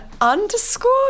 underscore